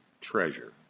treasure